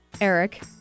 Eric